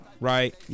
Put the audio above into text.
right